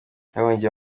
yahungiye